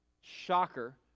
shocker